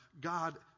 God